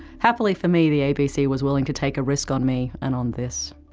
happily, for me, the abc was willing to take a risk on me, and on this.